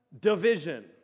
division